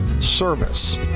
service